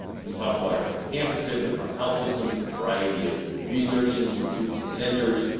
when you talk about our ten campuses, our five health systems, a variety of research institutes and centers,